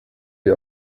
wie